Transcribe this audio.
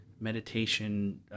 meditation